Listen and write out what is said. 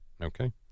Okay